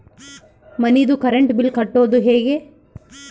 ಮನಿದು current bill ಕಟ್ಟೊದು ಹೇಗೆ?